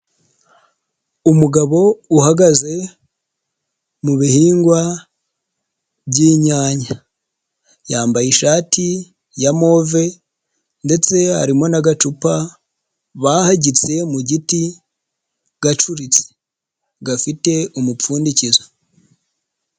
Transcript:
Umugabo uhagaze mu bihingwa by'inyanya, yambaye ishati ya move ndetse harimo n'agacupa bahagitse mu giti gacuritse, gafite umupfundikizo.